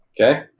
Okay